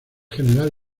general